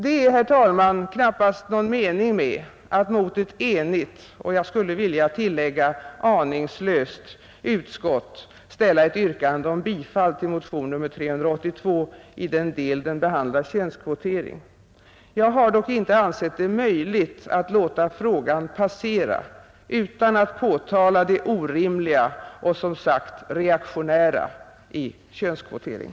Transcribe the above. Det är, herr talman, knappast någon mening med att mot ett enigt — jag skulle vilja tillägga aningslöst — utskott ställa ett yrkande om bifall till motionen 382 i den del den behandlar könskvotering. Jag har dock inte ansett det möjligt att låta frågan passera utan att påtala det orimliga och som sagt reaktionära i könskvotering.